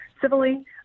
civilly